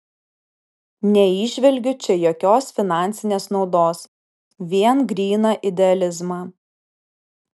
neįžvelgiu čia jokios finansinės naudos vien gryną idealizmą